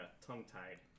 tongue-tied